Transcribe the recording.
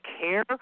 care